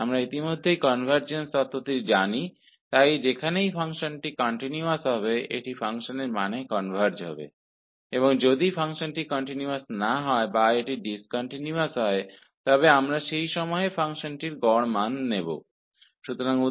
हम convergence theorem को पहले से ही जानते हैं इसलिए जहां भी फ़ंक्शन कंटिन्युअस है वह फ़ंक्शन के मान में कनवर्ज हो जाएगा और यदि फ़ंक्शन कंटिन्युअस नहीं है या डिस्कन्टिन्युअस है तो हम उस बिंदु पर फ़ंक्शन का औसत मान लेंगे